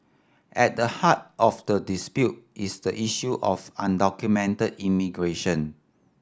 at the heart of the dispute is the issue of undocumented immigration